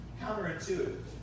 counterintuitive